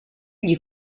gli